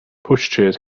pushchairs